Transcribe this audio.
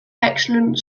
excellent